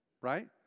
right